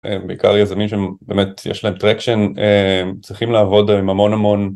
בעיקר יזמים שבאמת יש להם טרקשן, צריכים לעבוד עם המון המון.